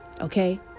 okay